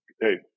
hey